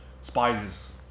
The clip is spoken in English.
spiders